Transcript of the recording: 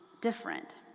different